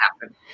happen